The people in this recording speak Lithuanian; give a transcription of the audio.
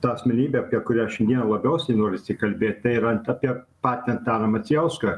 tą asmenybę apie kurią šiandien labiausiai norisi kalbėt tai yra apie patį antaną macijauską